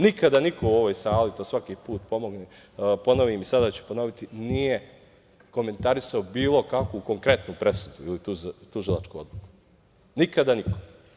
Nikada niko u ovoj sali, to svaki put ponovim i sada ću ponoviti, nije komentarisao bilo kakvu konkretnu presudu ili tužilačku odluku, nikada niko.